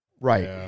Right